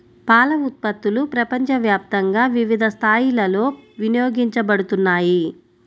పాల ఉత్పత్తులు ప్రపంచవ్యాప్తంగా వివిధ స్థాయిలలో వినియోగించబడుతున్నాయి